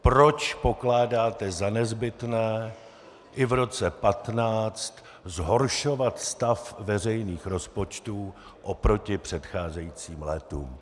Proč pokládáte za nezbytné i v roce 2015 zhoršovat stav veřejných rozpočtů oproti předcházejícím letům?